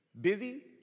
busy